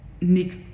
Nick